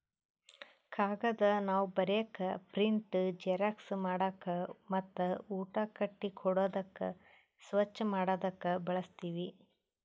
ಕಾಗದ್ ನಾವ್ ಬರೀಕ್, ಪ್ರಿಂಟ್, ಜೆರಾಕ್ಸ್ ಮಾಡಕ್ ಮತ್ತ್ ಊಟ ಕಟ್ಟಿ ಕೊಡಾದಕ್ ಸ್ವಚ್ಚ್ ಮಾಡದಕ್ ಬಳಸ್ತೀವಿ